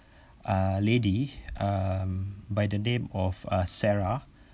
uh lady uh by the name of uh sarah